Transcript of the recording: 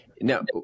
Now